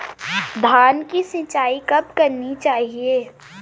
धान की सिंचाईं कब कब करनी चाहिये?